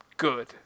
Good